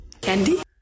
Candy